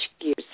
gears